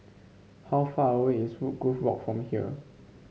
how far away is Woodgrove Walk from here